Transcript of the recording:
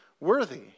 worthy